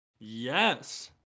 Yes